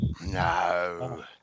No